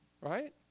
Right